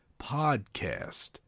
podcast